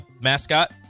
mascot